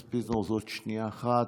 הכנסת פינדרוס, עוד שנייה אחת.